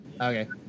Okay